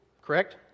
Correct